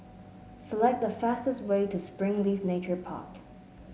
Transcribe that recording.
select the fastest way to Springleaf Nature Park